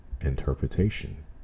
interpretation